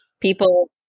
People